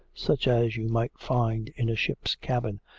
such as you might find in a ship's cabin,